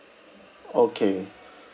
okay